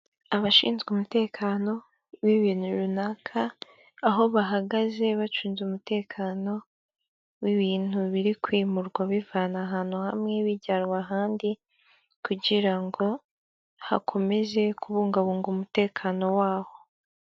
Abashinzwe umutekano w'ibintu runaka aho bahagaze bacunze umutekano w'ibintu biri kwimurwa bivanwa ahantu hamwe bijyanwa ahandi; kugira ngo hakomeze kubungabunga umutekano waho.